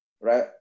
right